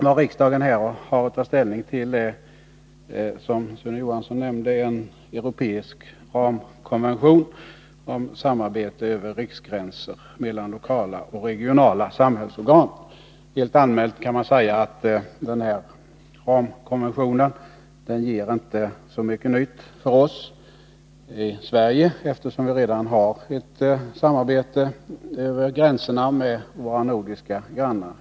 Vad riksdagen här har att ta ställning till är, som Sune Johansson nämnde, en europeisk ramkonvention om samarbete över riksgränser mellan lokala och regionala samhällsorgan. Helt allmänt kan man säga att denna ramkonvention inte ger så mycket nytt för oss i Sverige, eftersom vi redan i olika avseenden har ett samarbete över gränserna med våra nordiska grannar.